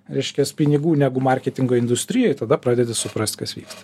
reiškias pinigų negu marketingo industrijoj tada pradedi suprast kas vyksta